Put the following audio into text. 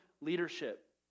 leadership